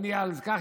אני אדבר על כך